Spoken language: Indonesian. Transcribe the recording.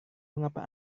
mengapa